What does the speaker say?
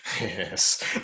Yes